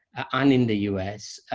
and in the us.